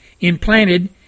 implanted